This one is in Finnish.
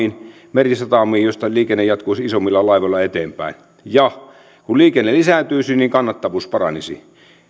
merisatamiin joista liikenne jatkuisi isommilla laivoilla eteenpäin kun liikenne lisääntyisi niin kannattavuus paranisi